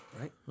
right